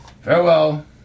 Farewell